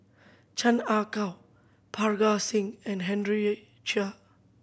Chan Ah Kow Parga Singh and Henry Chia